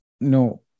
no